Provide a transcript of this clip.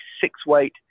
six-weight